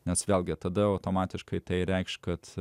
nes vėlgi tada automatiškai tai reikš kad